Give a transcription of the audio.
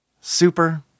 Super